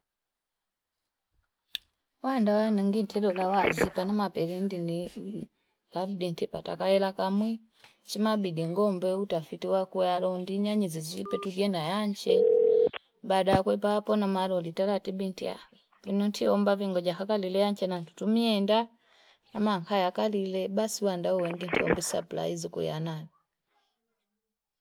Wandawe ni ngiti la wazi, panama perindi ni kabidinti patakaila kamui. Chima bigi ngombe, utafitiwa kuwa ya rondinya, njizisipe tujie na yanche. Bada kuipa hapona maro literati binti ahuli. Inunti yomba vingoja kakali le yanche na tutumie enda. Ama kaya kakali le basi wandawe ni ngiti yombi sapla hizi kuya nani.